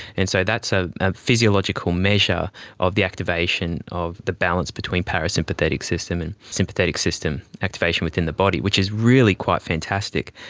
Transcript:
and so that's a ah physiological measure of the activation of the balance between parasympathetic system and sympathetic system activation within the body, which is really quite fantastic.